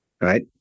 right